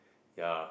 ya